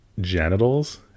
genitals